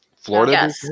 Florida